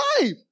life